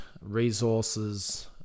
resources